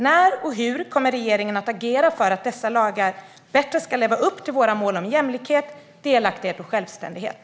När och hur kommer regeringen att agera för att dessa lagar bättre ska leva upp till våra mål om jämlikhet, delaktighet och självständighet?